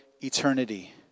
eternity